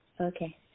Okay